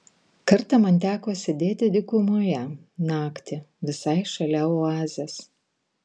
kartą man teko sėdėti dykumoje naktį visai šalia oazės